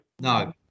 no